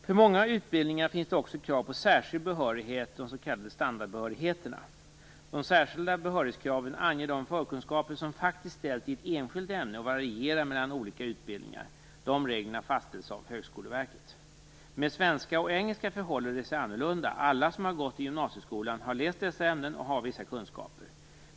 För många utbildningar finns det också krav på särskild behörighet, de s.k. standardbehörigheterna. De särskilda behörighetskraven anger de förkunskaper som faktiskt ställs i ett enskilt ämne och varierar mellan olika utbildningar. Dessa regler fastställs av Med svenska och engelska förhåller det sig annorlunda. Alla som har gått i gymnasieskolan har läst dessa ämnen och har vissa kunskaper.